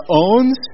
owns